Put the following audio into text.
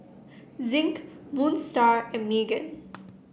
Zinc Moon Star and Megan